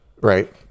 right